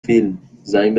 فیلم، زنگ